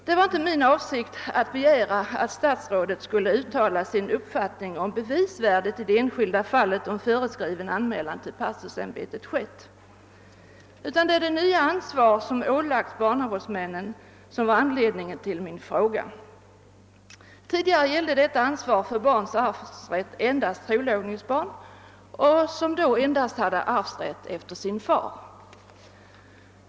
Det var inte min avsikt att begära att statsrådet skulle uttala sin uppfattning om bevisvärdet i det enskilda fallet, om föreskriven anmälan till pastorsämbetet skett, utan det som varit anledningen till min fråga är det nya ansvar som här har ålagts barnavårdsmännen. Tidigare gällde detta ansvar för barns arvsrätt endast trolovningsbarn, som då bara hade arvsrätt efter sin far.